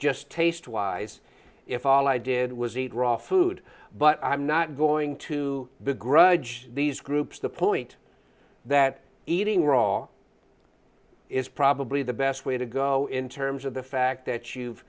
just taste wise if all i did was eat raw food but i'm not going to begrudge these groups the point that eating raw is probably the best way to go in terms of the fact that you've